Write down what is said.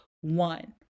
one